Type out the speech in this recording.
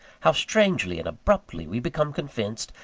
how strangely and abruptly we become convinced,